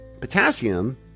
potassium